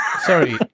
Sorry